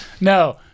No